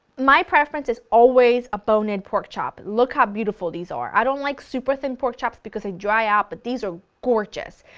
my preference is always a bone-in pork chop, look how beautiful these are. i don't like super thin pork chops because they dry out but these are gorgeous!